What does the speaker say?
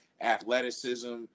athleticism